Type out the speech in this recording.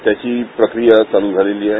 त्याची प्रक्रिया चालू झाली आहे